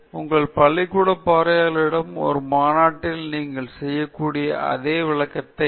எனவே உங்கள் பள்ளிக்கூட பார்வையாளர்களிடம் ஒரு மாநாட்டில் நீங்கள் செய்யக்கூடிய அதே விளக்கத்தை நீங்கள் செய்ய முடியாது